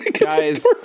Guys